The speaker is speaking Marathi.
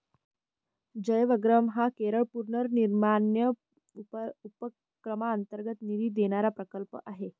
जयवग्रहम हा केरळ पुनर्निर्माण उपक्रमांतर्गत निधी देणारा प्रकल्प आहे